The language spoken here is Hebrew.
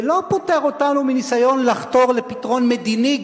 זה לא פוטר אותנו מניסיון לחתור לפתרון מדיני,